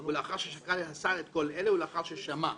ולאחר ששקל השר את כל אלה, ולאחר ששמע".